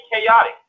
chaotic